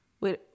Wait